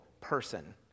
person